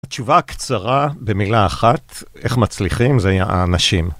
התשובה הקצרה במילה אחת, איך מצליחים? זה האנשים.